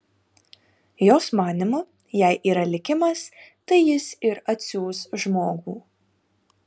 jos manymu jei yra likimas tai jis ir atsiųs žmogų